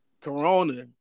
Corona